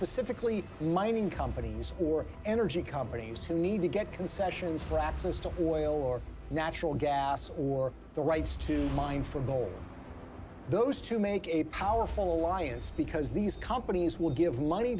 specifically mining companies or energy companies who need to get concessions for access to oil or natural gas or the rights to mine for gold those to make a powerful alliance because these companies will give money